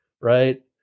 right